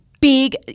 big